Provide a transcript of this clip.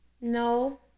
No